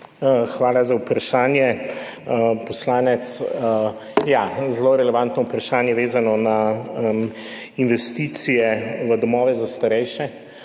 Hvala za vprašanje, poslanec. Zelo relevantno vprašanje, vezano na investicije v domove za starejše.